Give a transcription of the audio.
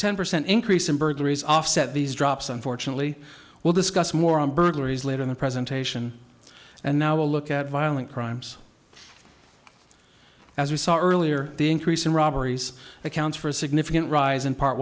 ten percent increase in burglaries offset these drops unfortunately we'll discuss more on burglaries later in the presentation and now look at violent crimes as we saw earlier the increase in robberies accounts for a significant rise in part